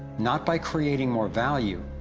not by creating more value,